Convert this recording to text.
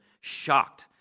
shocked